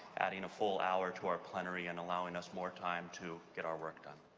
adding a full hour to our plenary and allowing us more time to get our work done.